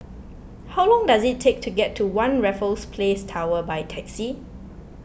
how long does it take to get to one Raffles Place Tower by taxi